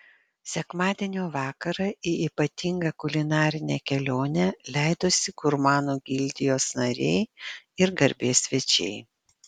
sekmadienio vakarą į ypatingą kulinarinę kelionę leidosi gurmanų gildijos nariai ir garbės svečiai